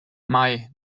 mei